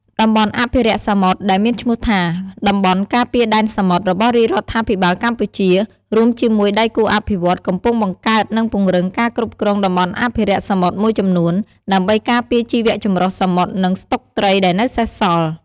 តំបន់អភិរក្សសមុទ្រ ដែលមានឈ្មោះថា តំបន់ការពារដែនសមុទ្រ របស់រាជរដ្ឋាភិបាលកម្ពុជា រួមជាមួយដៃគូអភិវឌ្ឍន៍ កំពុងបង្កើត និងពង្រឹងការគ្រប់គ្រងតំបន់អភិរក្សសមុទ្រមួយចំនួន ដើម្បីការពារជីវៈចម្រុះសមុទ្រ និងស្តុកត្រីដែលនៅសេសសល់។